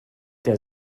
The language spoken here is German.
der